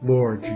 Lord